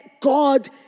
God